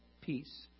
peace